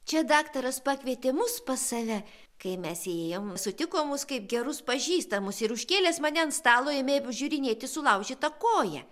čia daktaras pakvietė mus pas save kai mes įėjom sutiko mus kaip gerus pažįstamus ir užkėlęs mane ant stalo ėmė apžiūrinėti sulaužytą koją